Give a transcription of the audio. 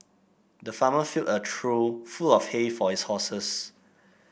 the farmer filled a trough full of hay for his horses